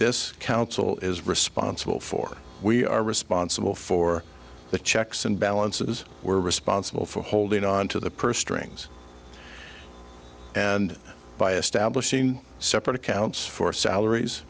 this council is responsible for we are responsible for the checks and balances we're responsible for holding onto the purse strings and by establishing separate accounts for salaries